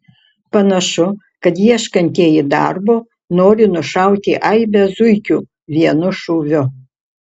panašu kad ieškantieji darbo nori nušauti aibę zuikių vienu šūviu